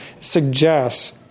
suggests